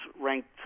ranked